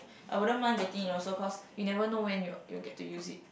I wouldn't mind getting it also cause you never know when you'll you'll get to use it